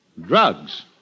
Drugs